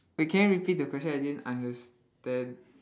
wait can you repeat the question I didn't understand